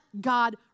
God